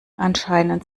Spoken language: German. anscheinend